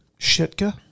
Shitka